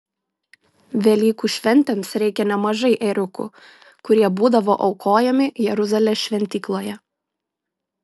velykų šventėms reikia nemažai ėriukų kurie būdavo aukojami jeruzalės šventykloje